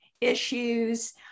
issues